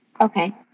okay